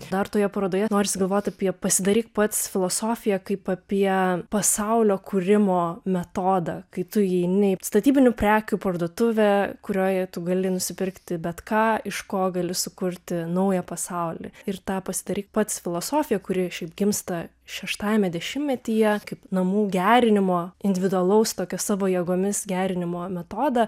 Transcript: dar toje parodoje norisi galvot apie pasidaryk pats filosofiją kaip apie pasaulio kūrimo metodą kai tu įeini į statybinių prekių parduotuvę kurioje tu gali nusipirkti bet ką iš ko gali sukurti naują pasaulį ir ta pasidaryk pats filosofija kuri šiaip gimsta šeštajame dešimtmetyje kaip namų gerinimo individualaus tokio savo jėgomis gerinimo metodą